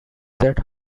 that